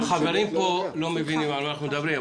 החברים פה לא מבינים על מה אנחנו מדברים.